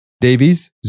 Davies